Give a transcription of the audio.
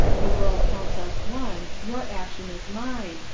the world counts us one, your action is mine,